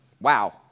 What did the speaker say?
Wow